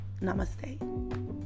Namaste